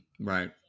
right